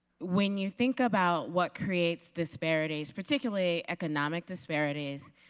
when you think about what creates disparities, particularly economic disparities,